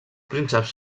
prínceps